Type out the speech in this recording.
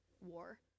war